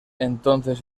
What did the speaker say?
entonces